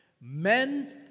Men